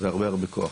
והרבה הרבה כוח.